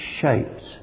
shapes